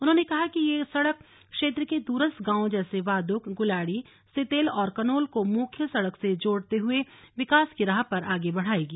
उन्होंने कहा कि यह सड़क क्षेत्र के दूरस्थ गांवो जैसे वादुक गुलाडी सितेल और कनोल को मुख्य सड़क से जोड़ते हुए विकास की राह पर आगे बढ़ाएगी